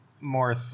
more